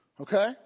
Okay